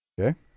Okay